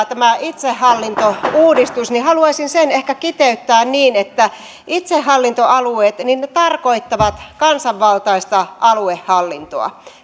tämä itsehallintouudistus tarkoittaa haluaisin sen ehkä kiteyttää niin että itsehallintoalueet tarkoittavat kansanvaltaista aluehallintoa